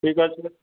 ঠিক আছে